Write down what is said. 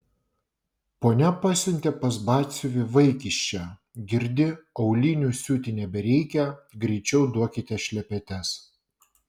ponia pasiuntė pas batsiuvį vaikiščią girdi aulinių siūti nebereikia greičiau duokite šlepetes